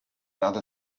other